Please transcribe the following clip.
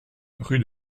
rue